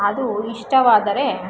ಅದು ಇಷ್ಟವಾದರೆ